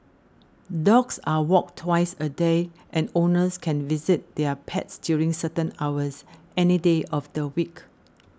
dogs are walked twice a day and owners can visit their pets during certain hours any day of the week